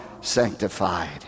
sanctified